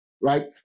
right